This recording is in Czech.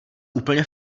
úplně